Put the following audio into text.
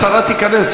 כשהשרה תיכנס,